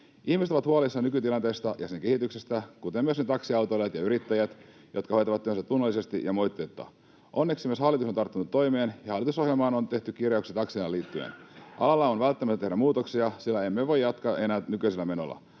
Ihmiset ovat huolissaan nykytilanteesta ja sen kehityksestä, kuten myös ne taksiautoilijat ja yrittäjät, jotka hoitavat työnsä tunnollisesti ja moitteetta. Onneksi myös hallitus on tarttunut toimeen ja hallitusohjelmaan on tehty kirjaukset taksialaan liittyen. Alalla on välttämätöntä tehdä muutoksia, sillä emme voi jatkaa enää nykyisellä menolla.